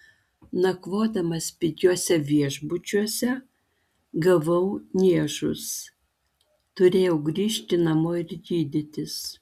nakvodamas pigiuose viešbučiuose gavau niežus turėjau grįžti namo ir gydytis